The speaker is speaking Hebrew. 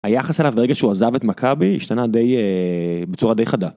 היחס עליו ברגע שהוא עזב את מכבי השתנה די... בצורה די חדה.